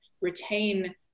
retain